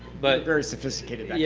but very sophisticated. but yeah